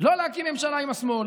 לא להקים ממשלה עם השמאל,